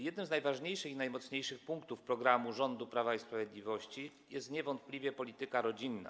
Jednym z najważniejszych i najmocniejszych punktów programu rządu Prawa i Sprawiedliwości jest niewątpliwie polityka rodzinna.